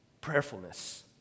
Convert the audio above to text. prayerfulness